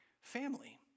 family